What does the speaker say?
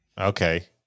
Okay